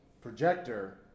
projector